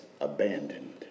abandoned